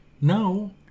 Now